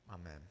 Amen